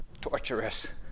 torturous